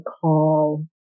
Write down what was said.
call